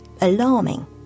alarming